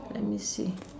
let me see